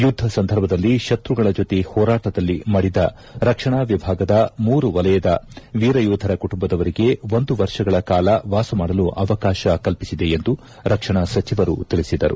ಯುದ್ಧ ಸಂದರ್ಭದಲ್ಲಿ ಶತುಗಳ ಜೊತೆ ಹೋರಾಟದಲ್ಲಿ ಮಡಿದ ರಕ್ಷಣಾ ವಿಭಾಗದ ಮೂರು ವಲಯದ ವೀರಯೋಧರ ಕುಟುಂಬದವರಿಗೆ ಒಂದು ವರ್ಷಗಳ ಕಾಲ ವಾಸ ಮಾಡಲು ಅವಕಾತ ಕಲ್ಪಿಸಿದೆ ಎಂದು ರಕ್ಷಣಾ ಸಚಿವರು ತಿಳಿಸಿದರು